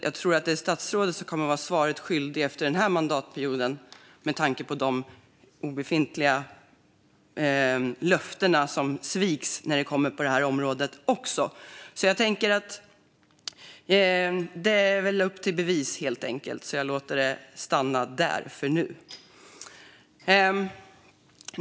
Jag tror att statsrådet kommer att bli svaret skyldig efter den här mandatperioden med tanke på de löften som sviks på det här området också. Det är helt enkelt upp till bevis. Jag låter det stanna där än så länge.